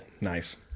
Nice